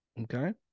Okay